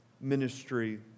ministry